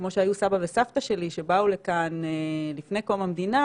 כמו שהיו סבא וסבתא שלי שבאו לכאן לפני קום המדינה,